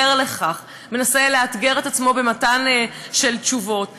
ער להן ומנסה לאתגר את עצמו במתן תשובות עליהן?